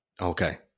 Okay